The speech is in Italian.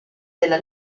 della